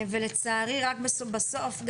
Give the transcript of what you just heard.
ולצערי רק בסוף,